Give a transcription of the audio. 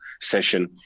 session